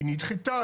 היא נדחתה,